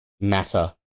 matter